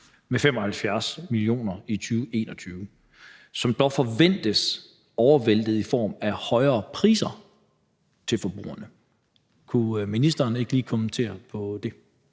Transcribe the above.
med ca. 45 mio. kr. i 2021, som dog forventes overvæltet i form af højere priser til forbrugerne.« Kunne ministeren ikke lige kommentere på det?